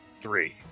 three